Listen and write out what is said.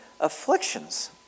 afflictions